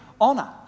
honor